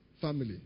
Family